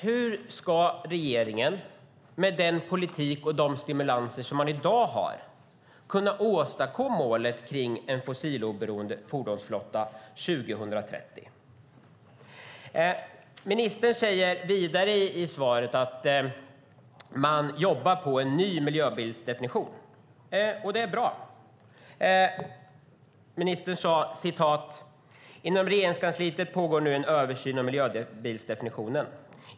Hur ska regeringen med den politik och de stimulanser som man i dag har kunna nå målet om en fossiloberoende fordonsflotta 2030? Ministern sade vidare i svaret att man jobbar på en ny miljöbilsdefinition. Det är bra. Ministern sade: "Inom Regeringskansliet pågår nu en översyn av miljöbilsdefinitionen.